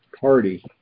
party